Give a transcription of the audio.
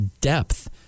depth